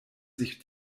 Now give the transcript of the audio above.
sich